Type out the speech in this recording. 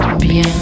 bien